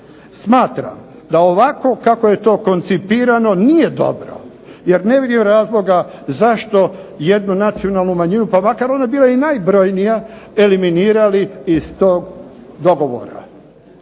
Smatram da ovako kako je to koncipirano nije dobro, jer ne vidim razloga zašto jednu nacionalnu manjinu, pa makar ona bila i najbrojnija, eliminirali iz tog dogovora.